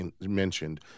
mentioned